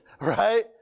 right